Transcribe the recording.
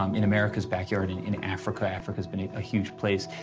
um in america's backyard, in in africa. africa's been a huge place.